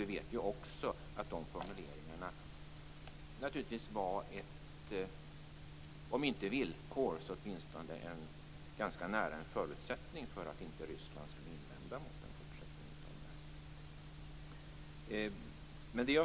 Vi vet också att de formuleringarna naturligtvis var ett, om inte villkor så åtminstone en ganska nära förutsättning för att inte Ryssland skulle invända mot en fortsättning av detta.